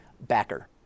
backer